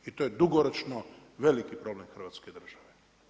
I to je dugoročno veliki problem Hrvatske države.